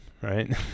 right